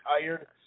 tired